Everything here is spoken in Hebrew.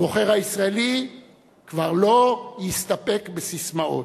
הבוחר הישראלי כבר לא יסתפק בססמאות,